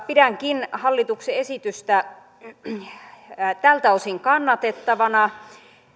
pidänkin hallituksen esitystä tältä osin kannatettavana